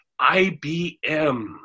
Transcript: IBM